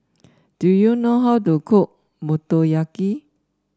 do you know how to cook Motoyaki